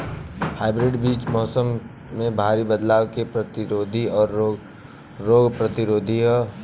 hybrid बीज मौसम में भारी बदलाव के प्रतिरोधी और रोग प्रतिरोधी ह